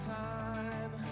time